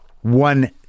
one